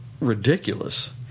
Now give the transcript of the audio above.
ridiculous